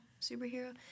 superhero